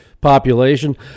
population